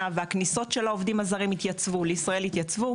והכניסות של העובדים הזרים לישראל התייצבו.